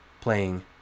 playing